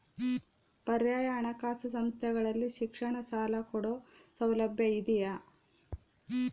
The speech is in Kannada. ಪರ್ಯಾಯ ಹಣಕಾಸು ಸಂಸ್ಥೆಗಳಲ್ಲಿ ಶಿಕ್ಷಣ ಸಾಲ ಕೊಡೋ ಸೌಲಭ್ಯ ಇದಿಯಾ?